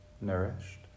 nourished